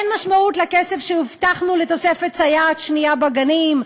אין משמעות לכסף שהבטחנו לתוספת סייעת שנייה בגנים,